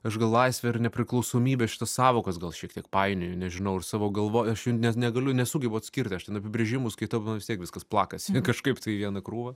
aš gal laisvę ir nepriklausomybę šitas sąvokas gal šiek tiek painioju nežinau ir savo galvoj nes negaliu nesugebu atskirti aš ten apibrėžimus skaitau vis tiek viskas plakasi kažkaip tai į vieną krūvą